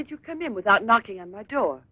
did you come in without knocking on that door